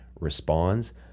responds